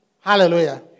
Hallelujah